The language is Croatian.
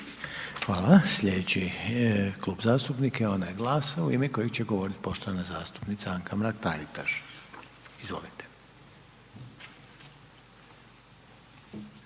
Hvala. Slijedeći Klub zastupnika je onaj GLAS-a u ime kojeg će govorit poštovana zastupnica Anka Mrak –Taritaš, izvolite.